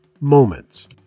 moments